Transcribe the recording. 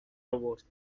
آورد